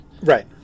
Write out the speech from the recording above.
Right